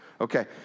Okay